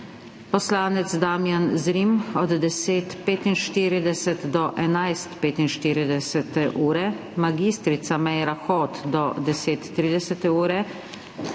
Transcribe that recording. poslanec Damjan Zrim od 10.45 do 11.45. ure, mag. Meira Hot do 10.30. ure,